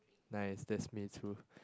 nice that's me too